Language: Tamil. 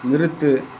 நிறுத்து